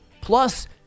plus